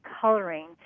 coloring